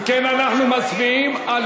אם כן, אנחנו מצביעים על